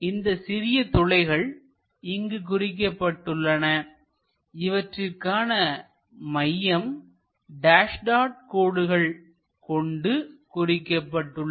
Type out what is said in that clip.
இந்த சிறிய துளைகள் இங்கு குறிக்கப்பட்டுள்ளன இவற்றிற்கான மையம் டேஸ் டாட் கோடுகள் கொண்டு குறிக்கப்பட்டுள்ளது